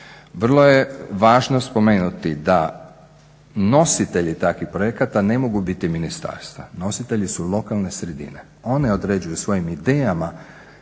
Vrlo je važno spomenuti da nositelji takvih projekata ne mogu biti ministarstva, nositelji su lokalne sredine. One određuju svojim idejama